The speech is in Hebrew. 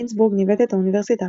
גינזבורג ניווט את האוניברסיטה הפתוחה,